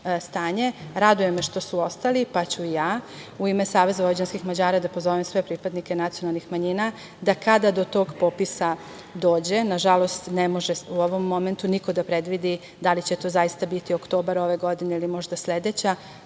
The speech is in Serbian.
stanje. Raduje me što su ostali, pa ću i ja u ime Saveza vojvođanskih Mađara da pozovem sve pripadnike nacionalnih manjina da kada do tog popisa dođe, nažalost, ne može u ovom momentu niko da predvidi da li će to zaista biti oktobar ove godine ili možda sledeća,